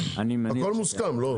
הכול מוסכם, לא?